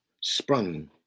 sprung